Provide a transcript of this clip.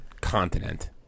continent